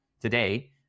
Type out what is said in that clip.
today